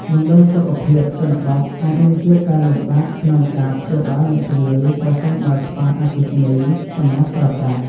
មណ្ឌលសុខភាពជនបទអាចនឹងជួបការលំបាកក្នុងការព្យាបាលអ្នកជំងឺប្រសិនបើខ្វះអគ្គិសនីសម្រាប់ប្រើប្រាស់។